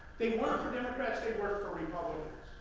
they work for democrats, they work for republicans.